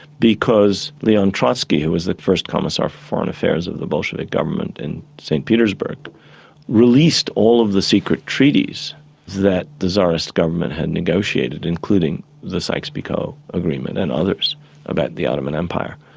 because leon trotsky, who was the first commissar for foreign affairs of the bolshevik government in st petersburg released all of the secret treaties that the czarist government had negotiated, including the sykes-picot agreement and others about the ottoman empire,